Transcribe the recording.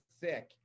thick